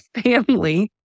family